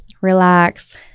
relax